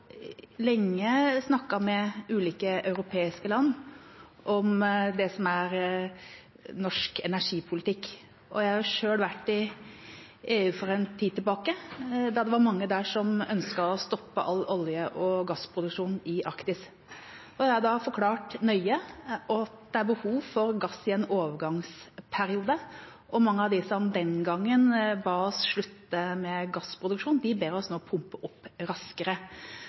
var mange der som ønsket å stoppe all olje- og gassproduksjon i Arktis. Jeg har forklart nøye at det er behov for gass i en overgangsperiode, og mange av dem som den gangen ba oss slutte med gassproduksjon, ber oss nå om å pumpe opp raskere.